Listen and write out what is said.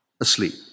asleep